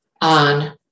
on